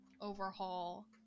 overhaul